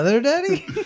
daddy